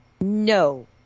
No